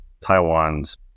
Taiwan's